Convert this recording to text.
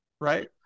right